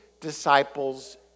disciples